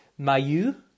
Mayu